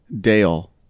Dale